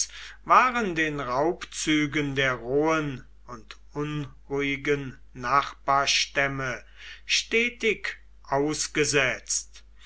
waren den raubzügen der rohen und unruhigen nachbarstämme stetig ausgesetzt